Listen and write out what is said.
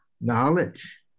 Knowledge